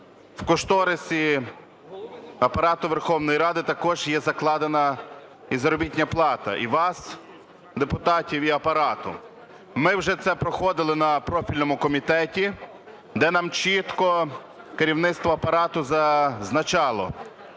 У кошторисі Апарату Верховної Ради також є закладена і заробітна плата і вас, депутатів, і Апарату. Ми вже це проходили на профільному комітеті, де нам чітко керівництво Апарату зазначало,